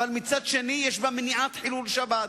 אך מצד שני יש בה מניעת חילול שבת.